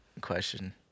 question